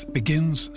begins